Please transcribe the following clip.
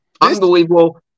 unbelievable